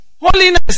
Holiness